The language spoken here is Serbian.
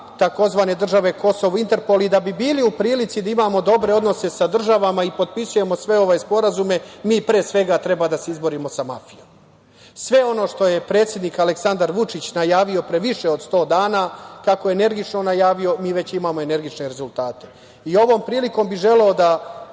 tzv. „države Kosovo“ u Interpol i da bi bili u prilici da imamo dobre odnose sa državama i potpisujemo sve ove sporazume, mi pre svega treba da se izborimo sa mafijom. Sve ono što je predsednik Aleksandar Vučić najavio pre više od sto dana, kako je energično najavio, mi imamo već energične rezultate. Ovom prilikom bih želeo da